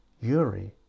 Yuri